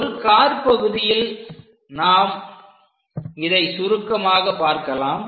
ஒரு காற்பகுதியில் நாம் இதை சுருக்கமாக பார்க்கலாம்